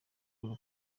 cool